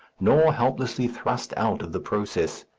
nor helplessly thrust out of the process.